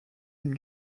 une